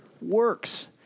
works